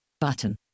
button